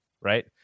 right